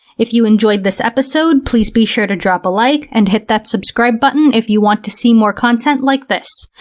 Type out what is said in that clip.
if you enjoyed this episode, please be sure to drop a like, and hit that subscribe button if you want to see more content like this.